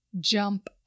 jump